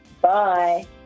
Bye